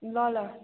ल ल